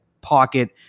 pocket